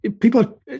people